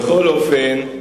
בכל אופן,